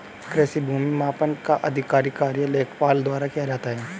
कृषि भूमि मापन का आधिकारिक कार्य लेखपाल द्वारा किया जाता है